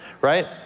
right